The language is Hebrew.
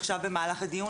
עכשיו במהלך הדיון.